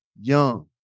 young